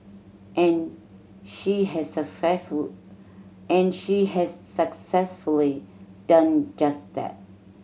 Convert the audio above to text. and she has successful and she has successfully done just that